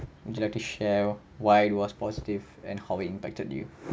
would you like to share why it was positive and how it impacted you